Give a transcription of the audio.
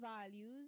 values